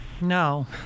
No